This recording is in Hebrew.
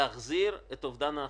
להחזיר את אובדן ההכנסות.